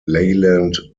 leyland